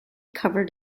covered